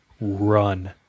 run